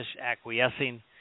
Acquiescing